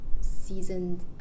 Seasoned